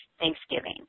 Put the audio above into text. Thanksgiving